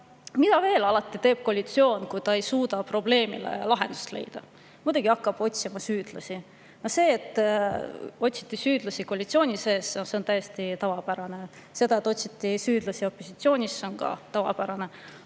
mida veel alati teeb koalitsioon, kui ta ei suuda probleemile lahendust leida: muidugi hakkab otsima süüdlasi. See, et otsiti süüdlasi koalitsiooni sees, on täiesti tavapärane. See, et otsiti süüdlasi opositsioonis, on ka tavapärane.